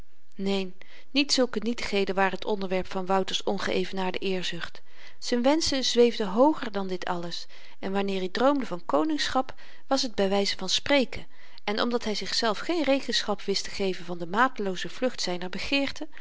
neen niet zulke nietigheden waren t onderwerp van wouter's ongeëvenaarde eerzucht z'n wenschen zweefden hooger dan dit alles en wanneer i droomde van koningschap was t by wyze van spreken en omdat hy zichzelf geen rekenschap wist te geven van de matelooze vlucht zyner